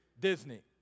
Disney